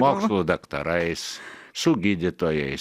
mokslų daktarais su gydytojais